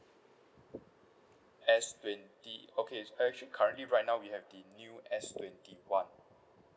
S twenty okay actually currently right now we have the new S twenty one